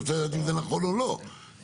אני רוצה להבין אם זה נכון או לא, מבחינתי.